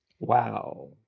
Wow